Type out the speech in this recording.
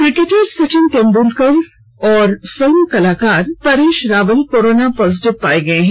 cricketer Sachin Tendulkar और film कलाकार परेश रावल भी कोराना पॉजिटिव पाए गए हैं